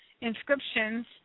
Inscriptions